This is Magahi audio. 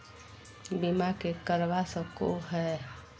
बीमा के करवा सको है?